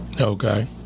Okay